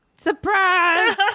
Surprise